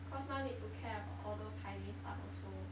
cause now need to care about all those hygiene stuff also